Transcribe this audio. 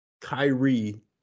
Kyrie